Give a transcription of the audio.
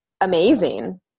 amazing